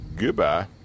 goodbye